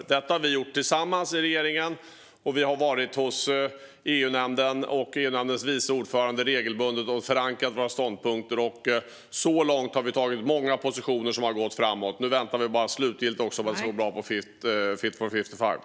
Detta har vi i regeringen gjort tillsammans, och vi har regelbundet varit hos EU-nämnden och EU-nämndens vice ordförande och förankrat våra ståndpunkter. Så här långt har vi tagit många positioner som har gått framåt. Nu väntar vi bara på att det också ska gå bra på Fit for 55.